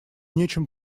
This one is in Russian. нечем